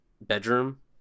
bedroom